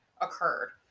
occurred